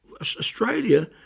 Australia